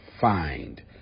find